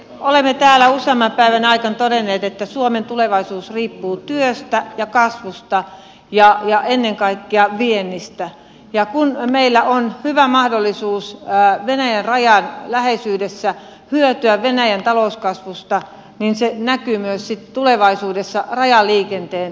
olemme täällä useamman päivän aikana todenneet että suomen tulevaisuus riippuu työstä ja kasvusta ja ennen kaikkea viennistä ja kun meillä on hyvä mahdollisuus venäjän rajan läheisyydessä hyötyä venäjän talouskasvusta niin se näkyy myös sitten tulevaisuudessa rajaliikenteen vahvana kasvuna